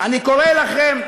אני קורא לכם,